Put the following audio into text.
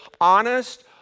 honest